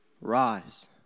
Rise